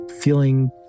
feeling